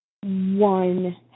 one